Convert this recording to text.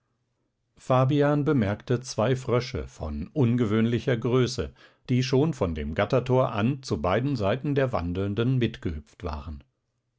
fabian bemerkte zwei frösche von ungewöhnlicher größe die schon von dem gattertor an zu beiden seiten der wandelnden mitgehüpft waren